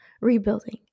rebuilding